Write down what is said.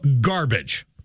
garbage